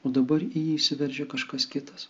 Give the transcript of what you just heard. o dabar į jį įsiveržė kažkas kitas